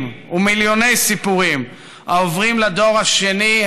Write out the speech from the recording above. ומיליוני סיפורים העוברים לדור השני,